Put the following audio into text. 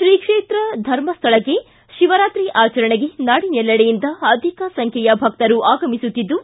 ಶ್ರೀ ಕೈತ್ರ ಧರ್ಮಸ್ಥಳಕ್ಕೆ ಶಿವರಾತ್ರಿ ಆಚರಣೆಗೆ ನಾಡಿನೆಲ್ಲೆಡೆಯಿಂದ ಅಧಿಕ ಸಂಖ್ಯೆಯ ಭಕ್ತರು ಆಗಮಿಸುತ್ತಿದ್ದು